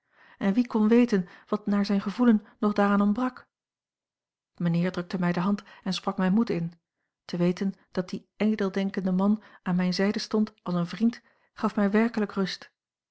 en wie kon weten wat naar zijn gevoelen nog daaraan ontbrak mijnheer drukte mij de hand en sprak mij moed in te weten dat die edeldenkende man aan mijne zijde stond als een vriend gaf mij werkelijk rust